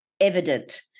evident